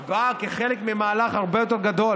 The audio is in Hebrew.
היא באה כחלק ממהלך הרבה יותר גדול